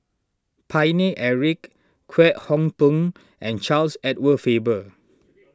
Paine Eric Kwek Hong Png and Charles Edward Faber